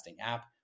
app